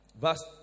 verse